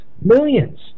Millions